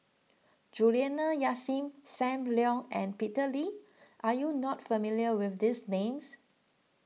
Juliana Yasin Sam Leong and Peter Lee are you not familiar with these names